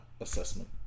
assessment